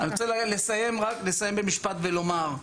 אסיים ואומר,